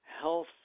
health